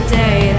day